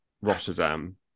Rotterdam